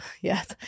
yes